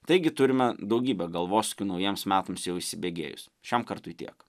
taigi turime daugybę galvosūkių naujiems metams jau įsibėgėjus šiam kartui tiek